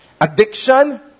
addiction